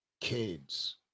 Kids